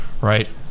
right